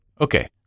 Okay